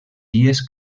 dies